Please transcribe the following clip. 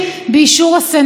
זו שיטה שונה.